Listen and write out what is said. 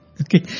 Okay